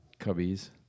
Cubbies